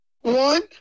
One